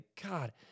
God